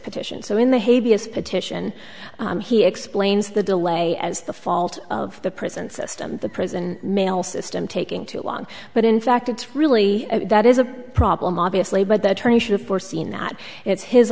petition so in the hey b s petition he explains the delay as the fault of the prison system the prison mail system taking too long but in fact it's really that is a problem obviously but the attorney should have foreseen that it's his